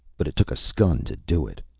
but it took a skun to do it.